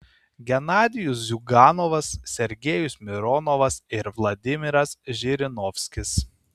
genadijus ziuganovas sergejus mironovas ir vladimiras žirinovskis